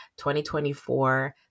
2024